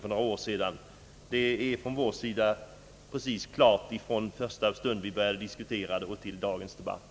Ståndpunkten från vår sida har varit alldeles klar — från första stund då vi började diskutera detta och fram till dagens debatt.